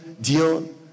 Dion